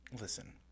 Listen